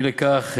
אי לכך,